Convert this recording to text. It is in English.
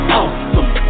awesome